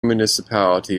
municipality